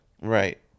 Right